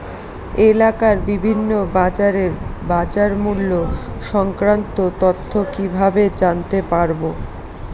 এলাকার বিভিন্ন বাজারের বাজারমূল্য সংক্রান্ত তথ্য কিভাবে জানতে পারব?